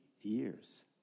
years